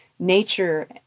nature